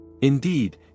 Indeed